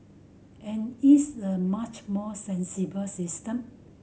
and it's the much more sensible system